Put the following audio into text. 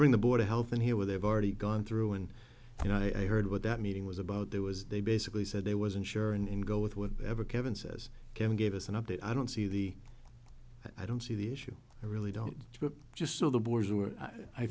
bring the board of health in here where they've already gone through and you know i heard what that meeting was about there was they basically said they wasn't sure and go with what ever kevin says kevin gave us an update i don't see the i don't see the issue i really don't